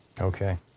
okay